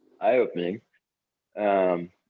eye-opening